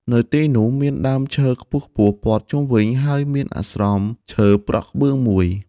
នៅទីនោះ មានដើមឈើខ្ពស់ៗព័ទ្ធជុំវិញ ហើយមានអាស្រមឈើប្រក់ក្បឿងមួយ។